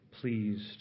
pleased